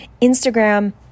instagram